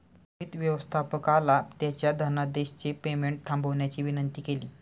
रोहित व्यवस्थापकाला त्याच्या धनादेशचे पेमेंट थांबवण्याची विनंती केली